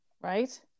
Right